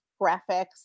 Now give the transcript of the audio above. graphics